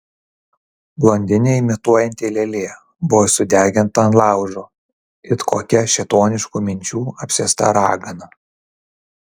blondinę imituojanti lėlė buvo sudeginta ant laužo it kokia šėtoniškų minčių apsėsta ragana